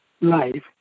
life